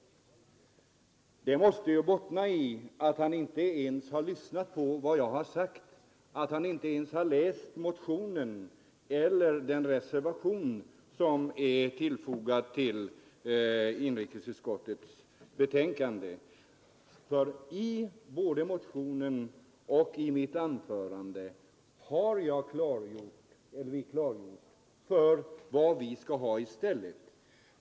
Detta uttalande måste ju bottna i att han inte ens har lyssnat på vad jag har sagt, att han inte ens har läst motionen eller den reservation som är fogad till inrikesutskottets betänkande. I både motionen och i mitt anförande har klargjorts vad vi skall ha i stället.